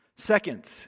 Second